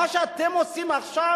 מה שאתם עושים עכשיו,